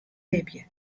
libje